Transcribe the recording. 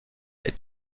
est